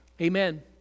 amen